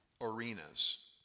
arenas